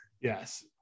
Yes